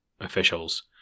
officials